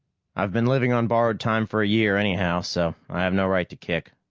i've been living on borrowed time for a year, anyhow, so i have no right to kick.